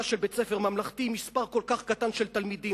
של בית-ספר ממלכתי עם מספר כל כך קטן של תלמידים,